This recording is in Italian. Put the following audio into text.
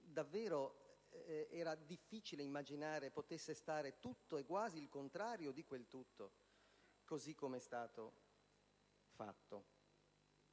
davvero difficile immaginare potesse stare tutto e quasi il contrario di quel tutto, così come è poi avvenuto.